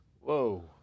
Whoa